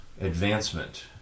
advancement